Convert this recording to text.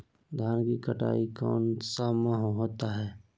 धान की कटाई कौन सा माह होता है?